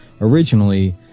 originally